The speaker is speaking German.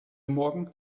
morgen